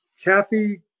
Kathy